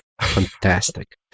fantastic